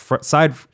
side